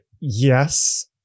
yes